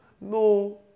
No